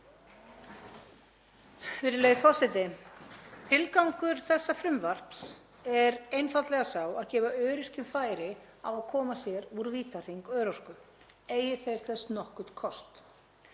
Virðulegi forseti. Tilgangur þessa frumvarps er einfaldlega sá að gefa öryrkjum færi á að koma sér úr vítahring örorku eigi þeir þess nokkurn kost.